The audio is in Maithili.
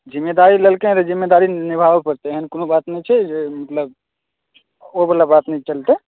ज़िम्मेदारी लेलकै हँ ज़िम्मेदारी निभाबै पड़तै एहन कोनो बात नहि छै जे मतलब ओ बला बात नहि चलतै